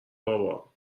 بابا